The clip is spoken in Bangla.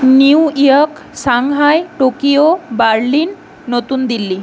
new York Shanghai Tokyo Berlin নতুন দিল্লি